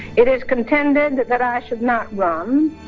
it is contended that i should not run